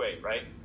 right